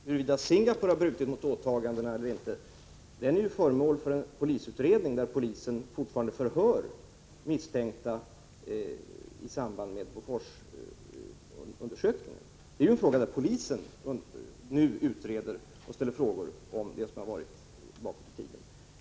Herr talman! Frågan huruvida Singapore brutit mot åtagandena eller inte är föremål för en polisutredning, där polisen fortfarande förhör misstänkta i samband med Boforsundersökningen. Det är en fråga där polisen nu utreder och ställer frågor om det som har varit.